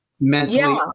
mentally